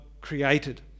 created